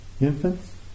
infants